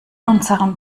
unserem